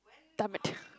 damn it